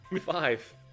Five